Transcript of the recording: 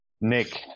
Nick